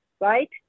right